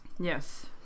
Yes